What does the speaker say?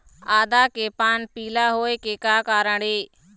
आदा के पान पिला होय के का कारण ये?